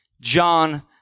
John